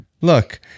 Look